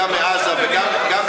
גם מעזה וגם בימית,